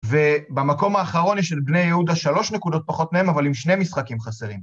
ובמקום האחרון יש את בני יהודה, שלוש נקודות פחות מהם, אבל עם שני משחקים חסרים.